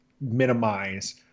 minimize